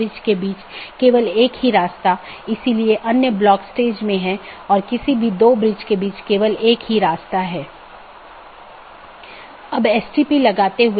वास्तव में हमने इस बात पर थोड़ी चर्चा की कि विभिन्न प्रकार के BGP प्रारूप क्या हैं और यह अपडेट क्या है